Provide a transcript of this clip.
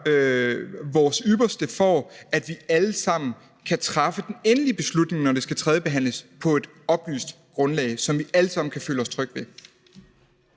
vores ypperste for, at vi alle sammen kan træffe den endelige beslutning, når lovforslaget skal tredjebehandles, på et oplyst grundlag, som vi alle sammen kan føle os trygge ved.